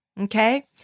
Okay